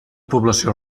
població